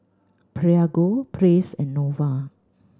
Prego Praise and Nova